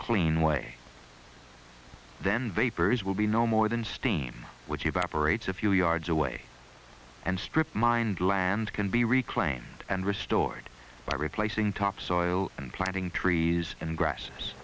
clean way then vapors will be no more than steam which about parades a few yards away and strip mined land can be reclaimed and restored by replacing topsoil and planting trees and grass